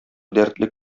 дәртле